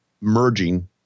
merging